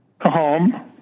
Home